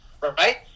Right